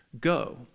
go